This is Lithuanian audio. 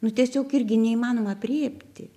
nu tiesiog irgi neįmanoma aprėpti